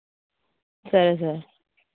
సరే సార్